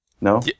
No